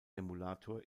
emulator